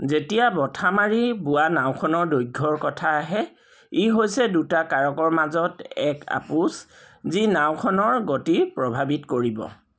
যেতিয়া ব'ঠা মাৰি বোৱা নাওখনৰ দৈৰ্ঘ্যৰ কথা আহে ই হৈছে দুটা কাৰকৰ মাজত এক আপোচ যি নাওখনৰ গতি প্ৰভাৱিত কৰিব